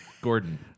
Gordon